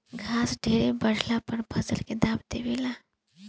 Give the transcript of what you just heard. घास ढेरे बढ़ला पर फसल के दाब देवे ला